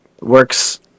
works